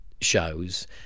shows